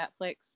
Netflix